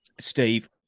Steve